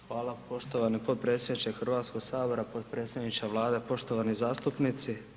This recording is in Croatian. Hvala poštovani potpredsjedniče Hrvatskoga sabora, potpredsjedniče Vlade, poštovani zastupnici.